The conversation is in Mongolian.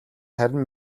харин